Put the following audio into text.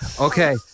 okay